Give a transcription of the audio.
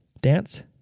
Dance